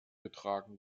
getragen